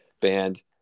band